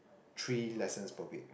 three lessons per week